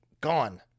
gone